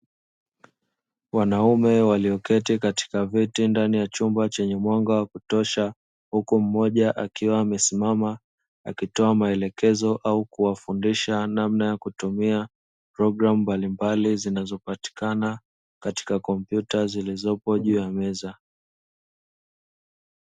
Wanaume walioketi katika viti ndani ya chumba chenye mwanga wa kutosha, huku mmoja akiwa amesimama kutoa maelekezo au kuwafundisha namna ya kutumia programu mbalimbali zinazopatikana katika kompyuta zilizopo juu ya meza.